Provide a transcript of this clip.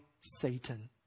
Satan